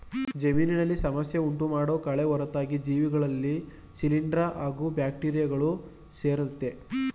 ಜಮೀನಿನಲ್ಲಿ ಸಮಸ್ಯೆ ಉಂಟುಮಾಡೋ ಕಳೆ ಹೊರತಾಗಿ ಜೀವಿಗಳಲ್ಲಿ ಶಿಲೀಂದ್ರ ಹಾಗೂ ಬ್ಯಾಕ್ಟೀರಿಯಗಳು ಸೇರಯ್ತೆ